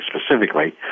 specifically